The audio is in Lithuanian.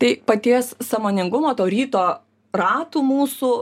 tai paties sąmoningumo to ryto ratų mūsų